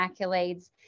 accolades